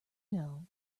know